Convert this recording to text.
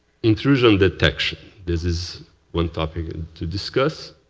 improve on the tech. this is one topic to discuss.